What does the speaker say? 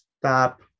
stop